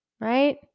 right